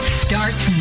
starts